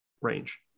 range